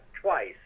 twice